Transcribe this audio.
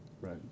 Right